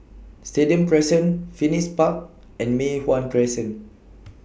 Stadium Crescent Phoenix Park and Mei Hwan Crescent